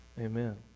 amen